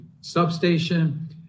substation